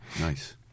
Nice